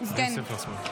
אני אוסיף לך זמן.